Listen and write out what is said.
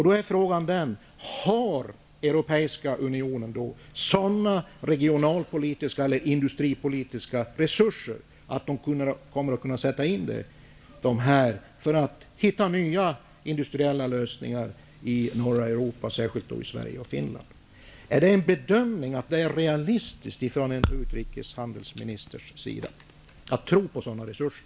Då är frågan: Har Europaunionen sådana regionalpolitiska eller industripolitiska resurser att de kan sättas in för att man skall kunna finna nya industriella lösningar för norra Europa, särskilt för Sverige och Finland? Bedömer utrikeshandelsministern det som realistiskt att lita till sådana resurser?